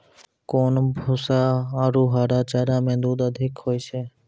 कोन भूसा आरु हरा चारा मे दूध अधिक होय छै?